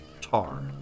tar